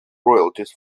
royalties